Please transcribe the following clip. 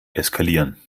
eskalieren